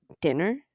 dinner